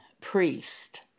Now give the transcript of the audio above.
priest